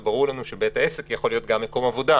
וברור לנו שבית העסק יכול להיות גם מקום עבודה,